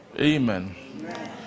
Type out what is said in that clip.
Amen